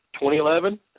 2011